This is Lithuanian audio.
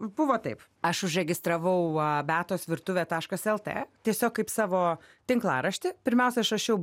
buvo taip aš užregistravau beatos virtuvė taškas lt tiesiog kaip savo tinklaraštį pirmiausia aš rašiau